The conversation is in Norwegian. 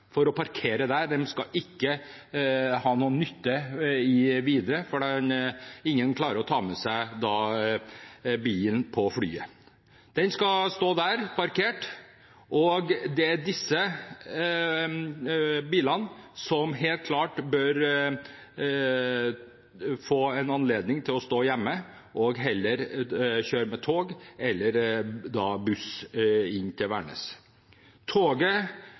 for å parkere der. De skal ikke videre, for ingen klarer å ta med seg bilen på flyet. Den skal stå der parkert, og det er disse bilene som man helt klart bør la stå hjemme, og så heller kjøre med tog eller buss inn til Værnes. Toget